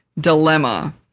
Dilemma